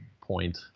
point